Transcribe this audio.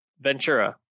Ventura